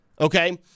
Okay